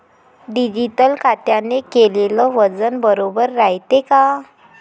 Digital काट्याने केलेल वजन बरोबर रायते का?